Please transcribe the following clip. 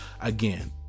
again